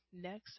next